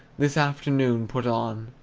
this afternoon put on.